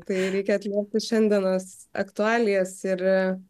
tai reikia atliepti šiandienos aktualijas ir